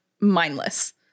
mindless